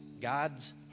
God's